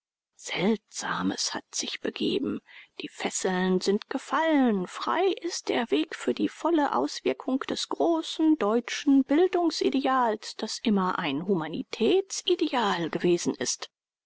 seltsames hat sich begeben die fesseln sind gefallen frei ist der weg für die volle auswirkung des großen deutschen bildungsideals das immer ein humanitätsideal gewesen ist